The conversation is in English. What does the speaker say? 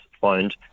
found